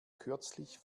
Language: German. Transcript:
kürzlich